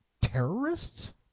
terrorists